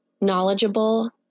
knowledgeable